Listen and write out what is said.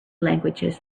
languages